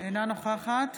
אינה נוכחת